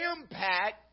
impact